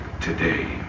today